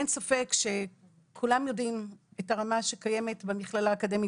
אין ספק שכולם יודעים את הרמה שקיימת במכללה האקדמית